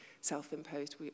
self-imposed